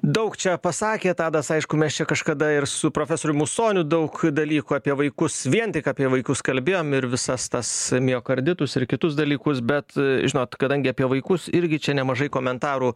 daug čia pasakė tadas aišku mes čia kažkada ir su profesorium usoniu daug dalykų apie vaikus vien tik apie vaikus kalbėjom ir visas tas miokarditus ir kitus dalykus bet žinot kadangi apie vaikus irgi čia nemažai komentarų